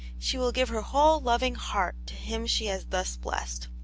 she will give her whole loving heart to him she has thus blessed.